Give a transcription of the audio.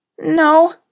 No